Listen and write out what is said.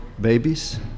babies